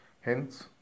Hence